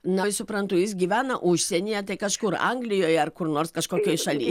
na suprantu jis gyvena užsienyje kažkur anglijoje ar kur nors kažkokioj šaly